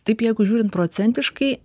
taip jeigu žiūrint procentiškai